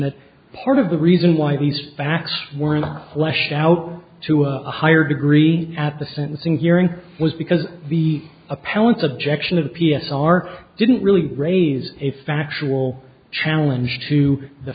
that part of the reason why these facts were not fleshed out to a higher degree at the sentencing hearing was because the appellant objection of p s r didn't really raise a factual challenge to the